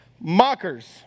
mockers